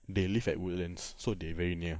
they live at woodlands so they're very near